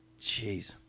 Jeez